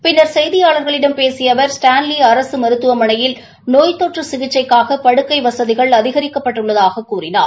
பின்னர் செய்தியாளர்களிடம் பேசிய அவர் ஸ்டான்லி அரசு மருத்துவமனையில் நோய் தொற்று சிகிச்சைக்காக படுக்கை வசதிகள் அதினிக்கப்பட்டுள்ளதாகக் கூழினார்